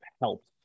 helps